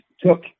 took